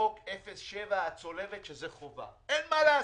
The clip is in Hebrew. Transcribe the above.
בחוק יש 0.7%, הצולבת, שזה חובה, אין מה לעשות,